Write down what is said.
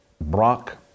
Brock